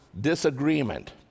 disagreement